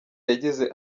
yagize